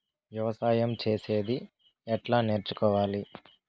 వ్యవసాయం చేసేది ఎట్లా నేర్చుకోవాలి?